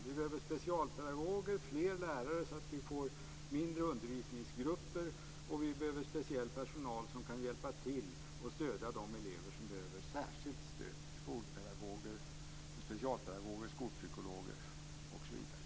Vi behöver specialpedagoger, fler lärare så att vi får mindre undervisningsgrupper, och vi behöver speciell personal som kan hjälpa till och stödja de elever som behöver särskilt stöd - specialpedagoger, skolpsykologer osv.